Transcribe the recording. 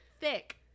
thick